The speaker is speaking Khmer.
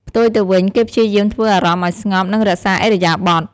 ផ្ទុយទៅវិញ គេព្យាយាមធ្វើអារម្មណ៍ឱ្យស្ងប់ និង រក្សាឥរិយាបថ។